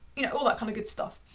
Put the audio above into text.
you know, all that kind of good stuff.